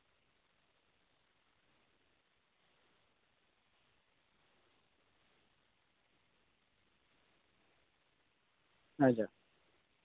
ᱟᱪᱪᱷᱟ ᱟᱪᱪᱷᱟ